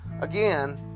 Again